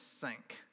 sank